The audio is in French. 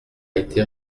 été